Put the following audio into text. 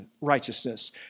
righteousness